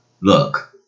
Look